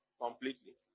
Completely